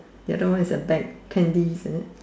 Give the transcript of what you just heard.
the other one is a bag candies is it